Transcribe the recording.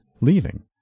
leaving